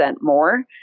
more